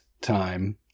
time